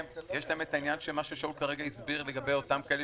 יש להם את העניין הזה של מה ששאול כרגע הסביר לגבי אותם כאלה